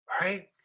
right